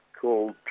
called